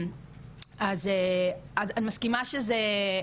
אז את מסכימה שיש,